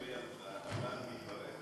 סליחה שאני מפריע לך,